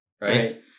Right